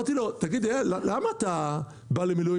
למה הוא בא למילואים